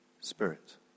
Spirit